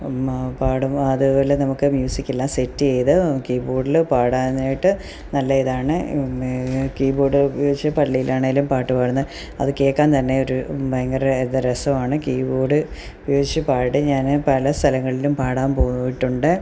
ഉമ്മാ പാടും അതുപോലെ നമുക്ക് മ്യൂസിക്കെല്ലാം സെറ്റ് ചെയ്ത് കീബോഡിൽ പാടാനായിട്ട് നല്ല ഇതാണ് കീബോഡ് ഉപയോഗിച്ച് പള്ളിയിലാണെങ്കിലും പാട്ടു പാടുന്നത് അതു കേൾക്കാൻ തന്നെയൊരു ഭയങ്കര ഇതു രസമാണ് കീബോഡ് ഉപയോഗിച്ച് പാടും ഞാൻ പല സ്ഥലങ്ങളിലും പാടാം പോയിട്ടൂണ്ട്